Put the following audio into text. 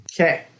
Okay